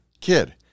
kid